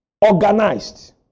Organized